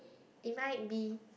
it might be